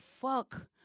fuck